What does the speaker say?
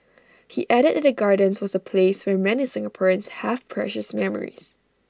he added that the gardens was A place where many Singaporeans have precious memories